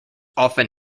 often